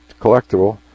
collectible